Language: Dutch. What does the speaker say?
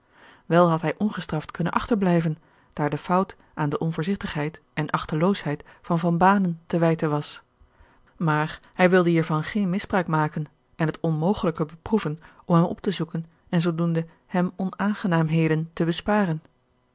wel had hij ongestraft kunnen achterblijven daar de fout aan de onvoorzigtigheid en achteloosheid van van banen te wijten was maar hij wilde hiervan geen misbruik maken en het onmogelijke beproeven om hem op te zoeken en zoodoende hem onaangenaamheden te sparen